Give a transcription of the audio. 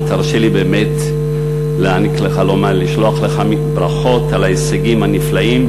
ותרשה לי לשלוח לך ברכות על ההישגים הנפלאים,